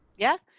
yeah,